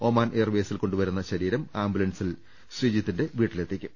Oman എയർവേസിൽ കൊണ്ടുവരുന്ന ശരീരം ആംബുലൻസിൽ ശ്രീജിത്തിന്റെ വീട്ടിലെത്തിക്കും